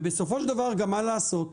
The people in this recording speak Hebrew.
ובסופו של דבר, מה לעשות?